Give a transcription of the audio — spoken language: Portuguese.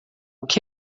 que